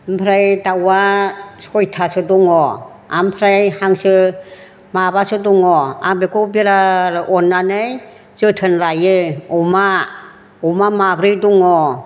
ओमफ्राय दाउआ सयथासो दङ ओमफ्राय हांसो माबासो दङ आं बेखौ बिराद अननानै जोथोन लायो अमा अमा माब्रै दङ